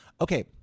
Okay